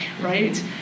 right